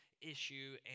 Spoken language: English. issue